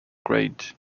grade